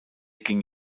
ging